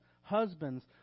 husbands